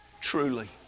Truly